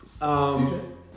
CJ